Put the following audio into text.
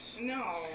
No